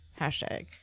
hashtag